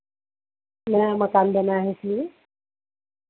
नया मकान बना है इसलिए